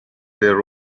their